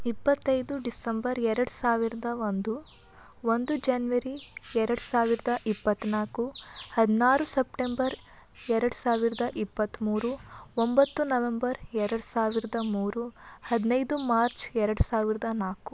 ಇಪ್ಪತ್ತೈದು ಡಿಸಂಬರ್ ಎರಡು ಸಾವಿರದ ಒಂದು ಒಂದು ಜಾನ್ವರಿ ಎರಡು ಸಾವಿರದ ಇಪ್ಪತ್ತ್ನಾಲ್ಕು ಹದಿನಾರು ಸಪ್ಟೆಂಬರ್ ಎರಡು ಸಾವಿರದ ಇಪ್ಪತ್ತ್ಮೂರು ಒಂಬತ್ತು ನವೆಂಬರ್ ಎರಡು ಸಾವಿರದ ಮೂರು ಹದಿನೈದು ಮಾರ್ಚ್ ಎರಡು ಸಾವಿರದ ನಾಲ್ಕು